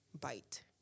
bite